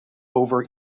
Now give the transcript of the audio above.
over